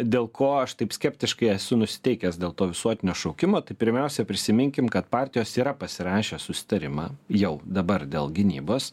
dėl ko aš taip skeptiškai esu nusiteikęs dėl to visuotinio šaukimo tai pirmiausia prisiminkim kad partijos yra pasirašę susitarimą jau dabar dėl gynybos